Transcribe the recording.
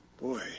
Boy